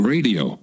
Radio